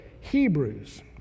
Hebrews